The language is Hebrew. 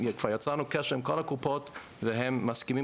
כבר יצרנו קשר עם כל הקופות והם מסכימים